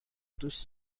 دوست